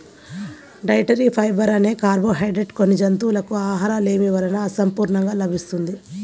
dietary fibre అనే carbohydrate కొన్ని జంతువులకు ఆహారలేమి వలన అసంపూర్ణంగా లభిస్తున్నది